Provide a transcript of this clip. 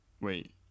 Wait